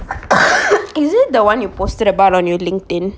is it the one you posted about our new linkedin